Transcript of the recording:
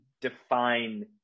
define